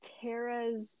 Tara's